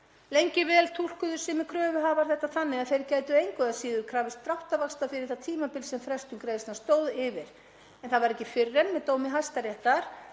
Lengi vel túlkuðu sumir kröfuhafar þetta þannig að þeir gætu engu að síður krafðist dráttarvaxta fyrir það tímabil sem frestun greiðslna stóð yfir en það var ekki fyrr en með dómi Hæstaréttar